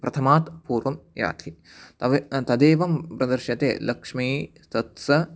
प्रथमात् पूर्वं याति तव तदेवं प्रदर्श्यते लक्ष्मी तत्सत्